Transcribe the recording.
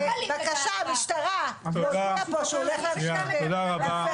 בבקשה, משטרה, הוא מודיע פה שהוא הולך להפר חוק.